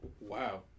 Wow